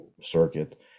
circuit